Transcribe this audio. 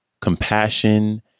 compassion